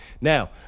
Now